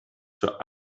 für